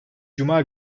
cuma